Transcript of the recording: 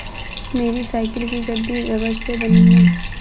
मेरी साइकिल की गद्दी रबड़ से बनी है